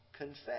Confess